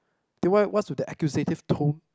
then what what's with that accusative tone